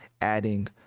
adding